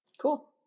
Cool